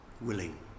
willing